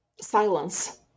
silence